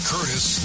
Curtis